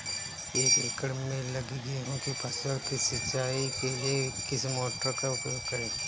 एक एकड़ में लगी गेहूँ की फसल की सिंचाई के लिए किस मोटर का उपयोग करें?